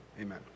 amen